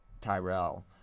Tyrell